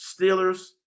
Steelers